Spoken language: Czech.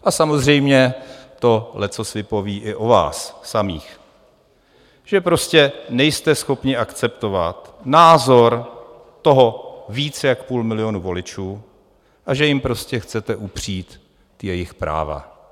A samozřejmě to leccos vypoví i o vás samých, že prostě nejste schopni akceptovat názor toho víc jak půl milionu voličů a že jim prostě chcete upřít jejich práva.